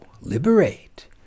liberate